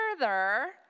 further